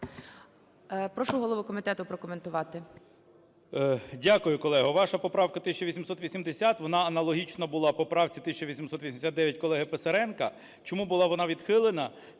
Прошу голову комітету прокоментувати. 12:39:35 КНЯЖИЦЬКИЙ М.Л. Дякую, колего! Ваша поправка 1880, вона аналогічно була в поправці 1889 колеги Писаренка. Чому була вона відхилена?